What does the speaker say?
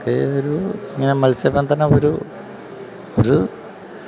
ഒരു മത്സ്യബന്ധനം ഒരു ഒരു